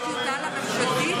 יש טיוטה לממשלתית?